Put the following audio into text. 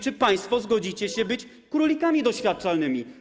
Czy państwo zgodzicie się być królikami doświadczalnymi?